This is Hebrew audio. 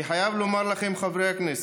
אני חייב לומר לכם, חברי הכנסת,